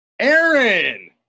Aaron